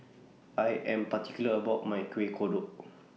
I Am particular about My Kuih Kodok